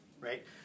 right